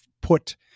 put